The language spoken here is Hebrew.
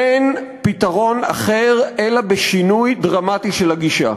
אין פתרון אחר אלא בשינוי דרמטי של הגישה.